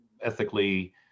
ethically